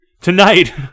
tonight